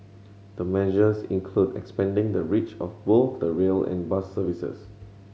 the measures include expanding the reach of both the rail and bus services